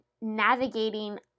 navigating